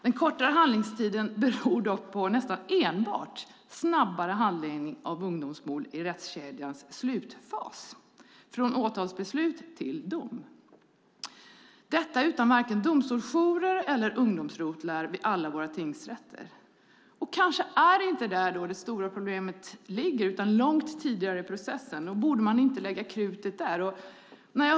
Den kortare handläggningstiden beror dock nästan enbart på snabbare handläggning av ungdomsmål i rättskedjans slutfas från åtalsbeslut till dom. Detta sker utan vare sig domstolsjourer eller ungdomsrotlar vid alla våra tingsrätter. Det är kanske inte där det stora problemet ligger utan långt tidigare i processen. Borde man inte lägga krutet där?